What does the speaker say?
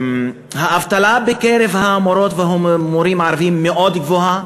האבטלה בקרב המורות והמורים הערבים מאוד גבוהה,